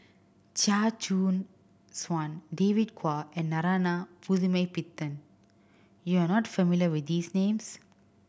Chia Choo Suan David Kwo and Narana Putumaippittan you are not familiar with these names